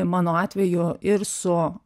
mano atveju ir su